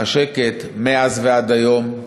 השקט מאז ועד היום,